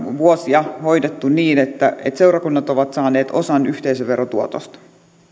vuosia hoidettu niin että seurakunnat ovat saaneet osan yhteisöverotuotosta